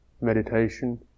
meditation